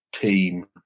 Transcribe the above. team